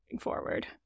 forward